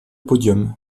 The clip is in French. podium